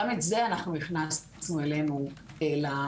גם את זה אנחנו הכנסנו אלינו לשירות.